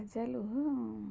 ప్రజలు